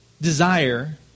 desire